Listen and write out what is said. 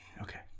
Okay